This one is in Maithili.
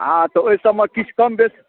हाँ तऽ ओहिसबमे किछु कम बेस